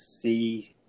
see